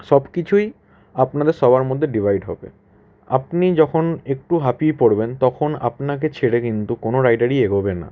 সব কিছুই আপনাদের সবার মধ্যে ডিভাইড হবে আপনি যখন একটু হাঁফিয়ে পড়বেন তখন আপনাকে ছেড়ে কিন্তু কোনো রাইডারই এগোবে না